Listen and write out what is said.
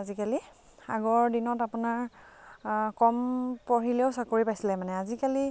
আজিকালি আগৰ দিনত আপোনাৰ কম পঢ়িলেও চাকৰি পাইছিলে মানে আজিকালি